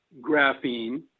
graphene